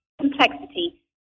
complexity